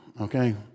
okay